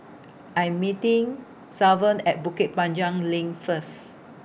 I'm meeting Sylvan At Bukit Panjang LINK First